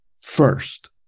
first